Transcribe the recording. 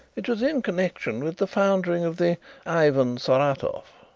it was in connection with the foundering of the ivan saratov.